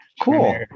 cool